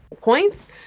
points